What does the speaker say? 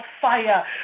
fire